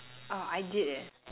oh I did leh